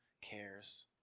cares